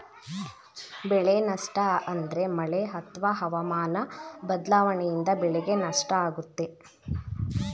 ಬೆಳೆ ನಷ್ಟ ಅಂದ್ರೆ ಮಳೆ ಅತ್ವ ಹವಾಮನ ಬದ್ಲಾವಣೆಯಿಂದ ಬೆಳೆಗೆ ನಷ್ಟ ಆಗುತ್ತೆ